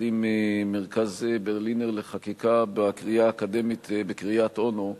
עם מרכז ברלינר לחקיקה בקריה האקדמית בקריית-אונו,